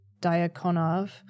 Diakonov